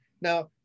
Now